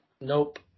Nope